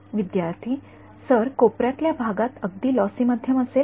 विद्यार्थीः सर कोपऱ्यातल्या भागात अगदी लॉसी माध्यम असेल का